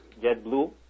JetBlue